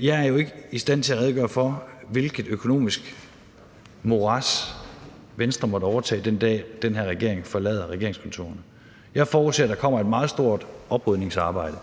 jeg jo ikke er i stand til at redegøre for, hvilket økonomisk morads Venstre måtte overtage, den dag den her regering forlader regeringskontorerne. Jeg forudser, at der kommer et meget stort oprydningsarbejde.